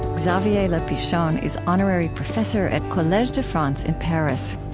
xavier le pichon is honorary professor at college de france in paris.